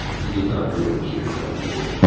he did not really hear calhoun.